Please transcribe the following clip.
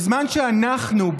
בזמן שאנחנו,